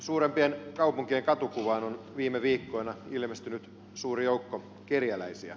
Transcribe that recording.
suurempien kaupunkien katukuvaan on viime viikkoina ilmestynyt suuri joukko kerjäläisiä